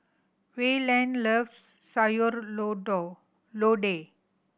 Wayland loves sayur lodeh